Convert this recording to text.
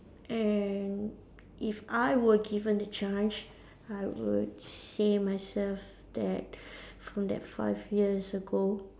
and if I were given the chance I would say myself that from that five years ago